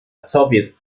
soviet